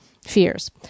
fears